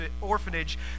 orphanage